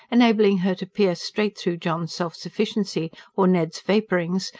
enabling her to pierce straight through john's self-sufficiency or ned's vapourings,